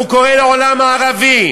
והוא קורא לעולם הערבי,